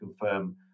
confirm